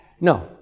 No